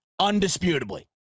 undisputably